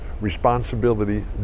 responsibility